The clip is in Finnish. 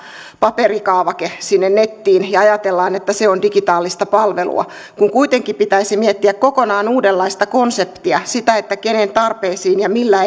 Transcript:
paperikaavake sinne nettiin ja ajatellaan että se on digitaalista palvelua kuitenkin pitäisi miettiä kokonaan uudenlaista konseptia sitä kenen tarpeisiin ja millä